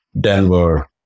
denver